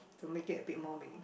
to make it a bit more meaning